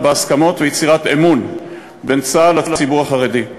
בהסכמות וביצירת אמון בין צה"ל לציבור החרדי.